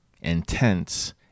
intense